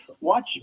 watch